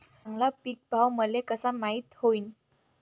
चांगला पीक भाव मले कसा माइत होईन?